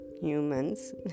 humans